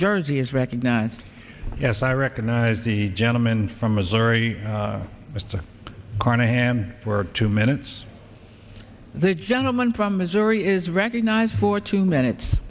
jersey is recognized yes i recognize the gentleman from missouri mister carnahan for two minutes there gentleman from missouri is recognized for two minutes